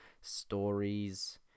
stories